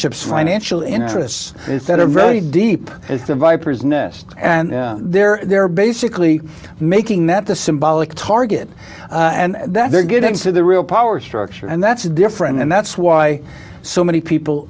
ships financial interests that are very deep at the viper's nest and they're they're basically making that the symbolic target and that they're getting to the real power structure and that's different and that's why so many people